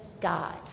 God